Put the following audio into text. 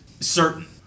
certain